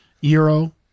Euro